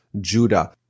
Judah